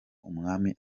umwami